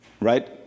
right